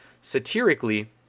satirically